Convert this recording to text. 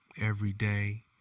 everyday